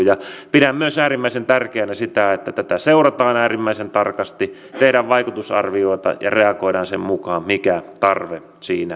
ja pidän äärimmäisen tärkeänä myös sitä että tätä seurataan äärimmäisen tarkasti tehdään vaikutusarvioita ja reagoidaan sen mukaan mikä tarve siinä on